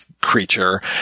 creature